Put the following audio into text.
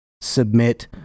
submit